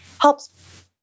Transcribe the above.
helps